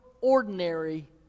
ordinary